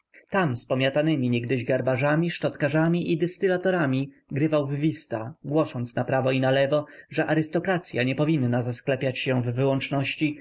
tam z pomiatanymi niegdyś garbarzami szczotkarzami i dystylatorami grywał w wista głosząc naprawo i nalewo że arystokracya nie powinna zasklepiać się w wyłączności